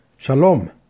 Shalom